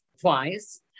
twice